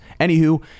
Anywho